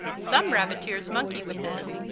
some rabbiteers monkey with this,